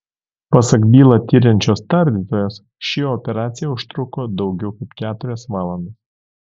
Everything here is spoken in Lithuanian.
pasak bylą tiriančios tardytojos ši operacija užtruko daugiau kaip keturias valandas